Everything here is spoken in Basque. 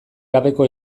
gabeko